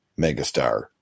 megastar